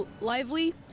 lively